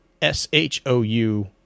S-H-O-U